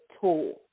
tool